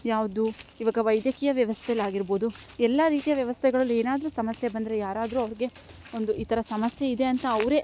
ಯಾವುದು ಇವಾಗ ವೈದ್ಯಕೀಯ ವ್ಯವಸ್ಥೆಯಲ್ಲಿ ಆಗಿರ್ಬೌದು ಎಲ್ಲ ರೀತಿಯ ವ್ಯವಸ್ಥೆಗಳಲ್ಲಿ ಏನಾದರು ಸಮಸ್ಯೆ ಬಂದರೆ ಯಾರಾದರೂ ಅವ್ರ್ಗೆ ಒಂದು ಈ ಥರ ಸಮಸ್ಯೆಯಿದೆ ಅಂತ ಅವರೇ